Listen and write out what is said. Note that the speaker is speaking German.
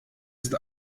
ist